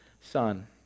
son